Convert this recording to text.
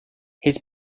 his